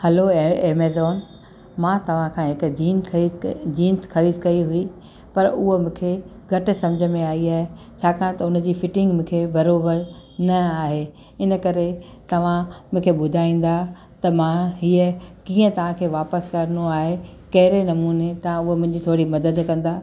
hello ए Amazon मां तव्हां खां हिकु जीन ख़रीदु कर जींस ख़रीदु करी हुई पर उहा मूंखे घटि सम्झ में आई आहे छाकाणि त उन जी फिटिंग मूंखे बराबरि न आहे इन करे तव्हां मूंखे ॿुधाईंदा त मां हीअ कीअं तव्हांखे वापसि करिणो आहे कहिड़े नमूने तां उहा मुंहिंजी थोरी मदद कंदा